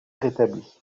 rétabli